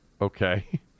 okay